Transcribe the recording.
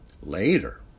Later